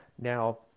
Now